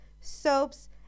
soaps